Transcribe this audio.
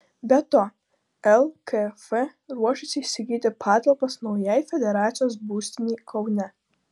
be to lkf ruošiasi įsigyti patalpas naujai federacijos būstinei kaune